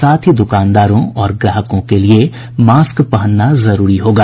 साथ ही दुकानदारों और ग्राहकों के लिए मास्क पहनना जरूरी होगा